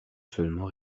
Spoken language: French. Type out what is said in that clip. seulement